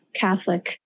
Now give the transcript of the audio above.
Catholic